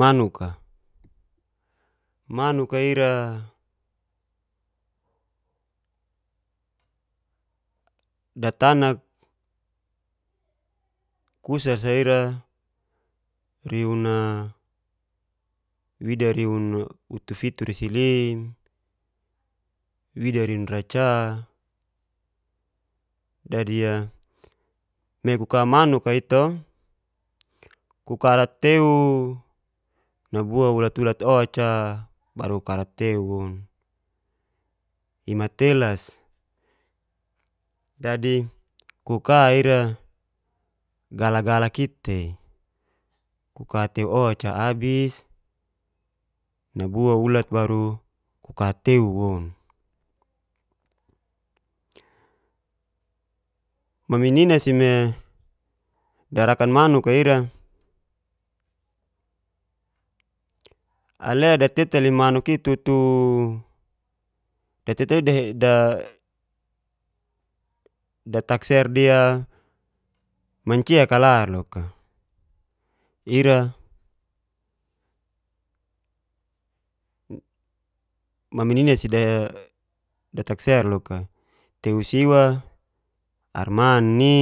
Manuk'a, manuka ira datanak kusa sa ira riun wida riun utufitu resilim, wida riun ra'ca, dadi'a kuka manuk i'to kukarat teu nabua ulat-ulat o'ca baru ku karat teu i'matelas dadi kuka ira galak-galak i'tei ku ka teu o'ca abis nobua ulat baru ku ka teu woun, mami nina si me darakan manuk'a ira ale datetal'i manuk'i tutuuu da takser di'a mancia kalar loka ira mami nina si da takser loka, teu siwa arman ni,